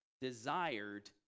desired